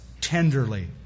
tenderly